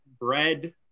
bread